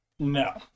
No